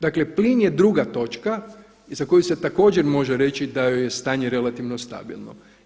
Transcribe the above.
Dakle plin je drug točka i za koju se također može reći da joj je stanje relativno stabilno.